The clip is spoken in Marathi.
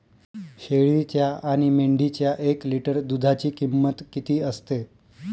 शेळीच्या आणि मेंढीच्या एक लिटर दूधाची किंमत किती असते?